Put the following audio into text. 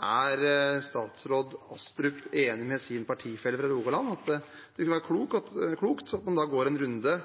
Er statsråd Astrup enig med sin partifelle fra Rogaland i at det kunne være klokt at man går en runde